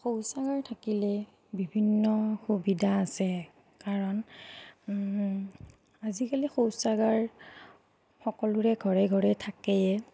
শৌচাগাৰ থাকিলে বিভিন্ন সুবিধা আছে কাৰণ আজিকালি শৌচাগাৰ সকলোৰে ঘৰে ঘৰে থাকেই